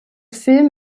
film